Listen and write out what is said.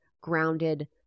grounded